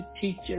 teacher